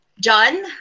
John